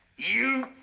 you.